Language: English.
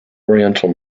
oriental